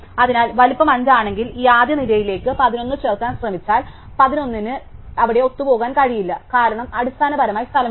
അതിനാൽ വലുപ്പം 5 ആണെങ്കിൽ ഈ ആദ്യ നിരയിലേക്ക് 11 ചേർക്കാൻ ശ്രമിച്ചാൽ 11 ന് അവിടെ ഒത്തുപോകാൻ കഴിയില്ല കാരണം അടിസ്ഥാനപരമായി സ്ഥലമില്ല